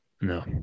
No